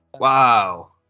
Wow